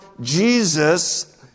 Jesus